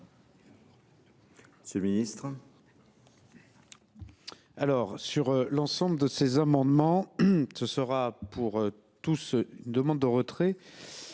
monsieur le ministre